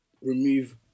remove